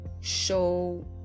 show